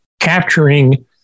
capturing